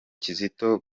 kizito